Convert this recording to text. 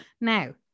now